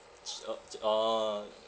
she orh she orh